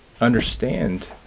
understand